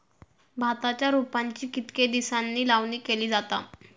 भाताच्या रोपांची कितके दिसांनी लावणी केली जाता?